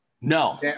No